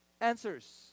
answers